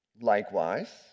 Likewise